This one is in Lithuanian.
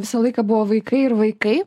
visą laiką buvo vaikai ir vaikai